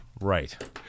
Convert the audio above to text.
right